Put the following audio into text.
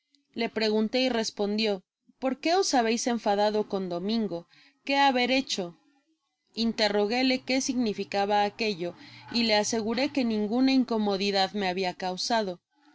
le pregunté y respondio por qué os habeis enfadado con domingo qué haber hecho interroguéle qué significaba aquello y le aseguré que ninguna incomodidad me habia causade